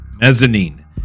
mezzanine